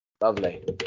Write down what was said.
Lovely